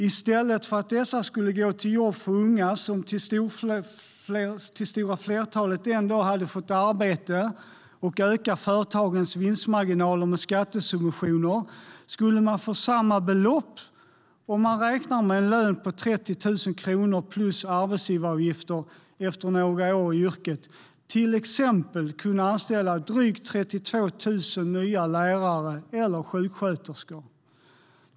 I stället för att dessa pengar ska gå till jobb för unga som till stora flertalet ändå hade fått arbete och öka företagens vinstmarginaler med skattesubventioner skulle man för samma belopp, om man räknar med en lön på 30 000 kronor plus arbetsgivaravgifter efter några år i yrket, till exempel kunna anställa drygt 32 000 nya lärare eller sjuksköterskor.